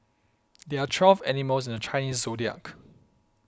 there are twelve animals in the Chinese zodiac